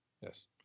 Yes